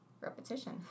repetition